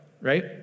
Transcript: right